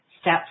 step